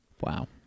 Wow